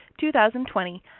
2020